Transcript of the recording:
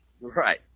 Right